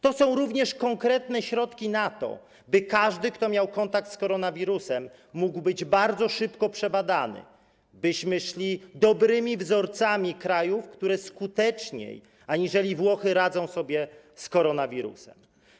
To są również konkretne środki na to, by każdy, kto miał kontakt z koronawirusem, mógł być bardzo szybko przebadany, byśmy przyjęli dobre wzorce krajów, które skuteczniej aniżeli Włochy radzą sobie z koronawirusem.